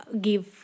give